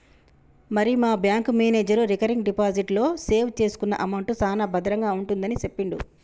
మరి మా bank manager recurring deposit లో సేవ్ చేసుకున్న అమౌంట్ సాన భద్రంగా ఉంటుందని సెప్పిండు